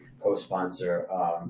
co-sponsor